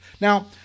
Now